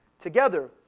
together